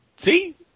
See